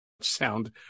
sound